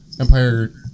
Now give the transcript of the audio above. Empire